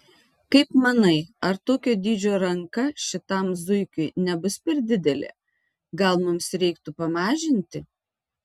kaip manai ar tokio dydžio ranka šitam zuikiui nebus per didelė gal mums reiktų pamažinti